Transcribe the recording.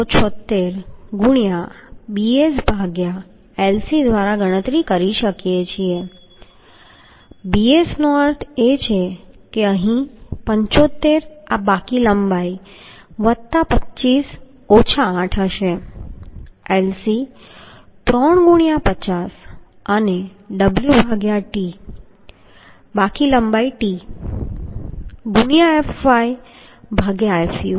076 ગુણ્યાં bs ભાગ્યા Lc દ્વારા ગણતરી કરી શકીએ છીએ bs નો અર્થ છે કે અહીં 75 આ બાકી લંબાઈ વત્તા 25 ઓછા 8 હશે અને Lc 3 ગુણ્યાં 50 અને w ભાગ્યા t બાકી લંબાઈ t ગુણ્યાં fy ભાગ્યા fu